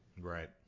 Right